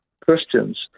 Christians